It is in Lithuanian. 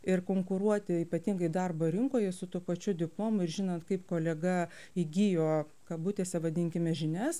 ir konkuruoti ypatingai darbo rinkoje su tuo pačiu diplomu ir žinant kaip kolega įgijo kabutėse vadinkime žinias